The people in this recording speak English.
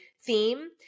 theme